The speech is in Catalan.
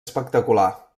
espectacular